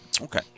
Okay